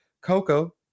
coco